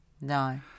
No